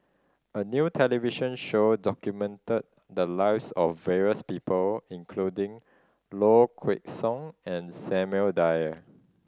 a new television show documented the lives of various people including Low Kway Song and Samuel Dyer